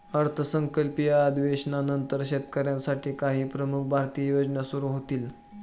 अर्थसंकल्पीय अधिवेशनानंतर शेतकऱ्यांसाठी काही प्रमुख भारतीय योजना सुरू होतील